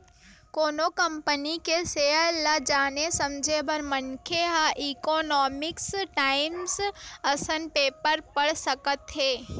कोनो कंपनी के सेयर ल जाने समझे बर मनखे ह इकोनॉमिकस टाइमस असन पेपर पड़ सकत हे